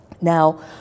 Now